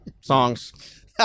songs